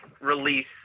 release